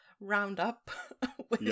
roundup